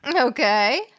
Okay